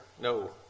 No